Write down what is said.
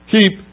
Keep